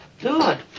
Good